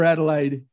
Adelaide